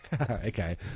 Okay